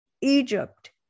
Egypt